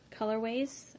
colorways